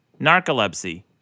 narcolepsy